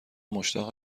مشتاق